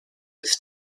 with